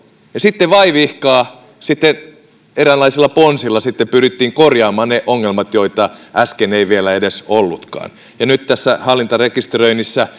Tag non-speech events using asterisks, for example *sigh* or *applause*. sitten vaivihkaa eräänlaisilla ponsilla pyrittiin korjaamaan ne ongelmat joita äsken ei vielä edes ollut ja nyt tässä hallintarekisteröinnissä *unintelligible*